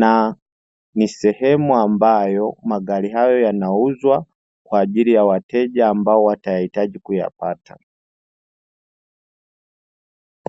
na ni sehemu ambayo magari hayo yanauzwa kwaajili ya wateja ambao watayahitaji kuyapata.